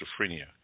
schizophrenia